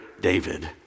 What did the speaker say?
David